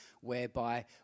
whereby